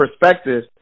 perspective